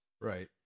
Right